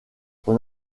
son